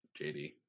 JD